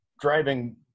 driving